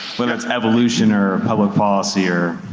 whether it's evolution or public policy or